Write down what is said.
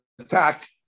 attack